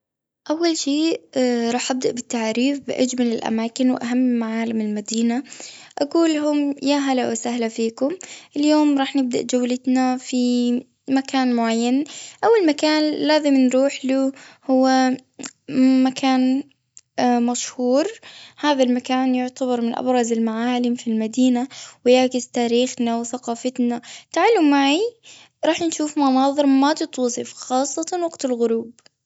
أول شيء راح ابدأ بالتعريف بأجمل الأماكن، وأهم معالم المدينة. أقولهم يا هلا وسهلا فيكم. اليوم راح نبدأ جولتنا في مكان معين. أول مكان لازم نروح له، هو مكان مشهور. هذا المكان، يعتبر من أبرز المعالم في المدينة، ويعكس تاريخنا وثقافتنا. تعالوا معي راح نشوف مناظر ما تتوصف، خاصة وقت الغروب.